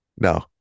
No